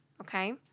Okay